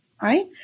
Right